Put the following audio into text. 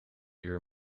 uur